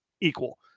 equal